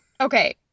Okay